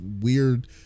weird